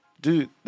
Dude